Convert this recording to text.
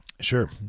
Sure